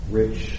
rich